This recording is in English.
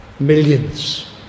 millions